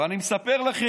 ואני מספר לכם,